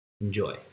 Enjoy